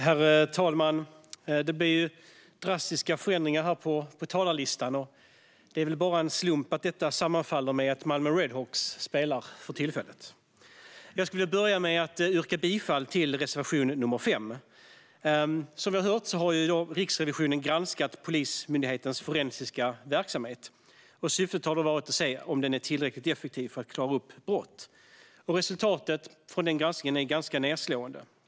Herr talman! Det blev drastiska förändringar på talarlistan, och det är väl bara en slump att detta sammanfaller med att Malmö Redhawks för tillfället spelar. Jag börjar med att yrka bifall till reservation 5. Som vi har hört har Riksrevisionen granskat Polismyndighetens forensiska verksamhet. Syftet har varit att se om den är tillräckligt effektiv för att brott ska klaras upp. Resultatet av den granskningen är ganska nedslående.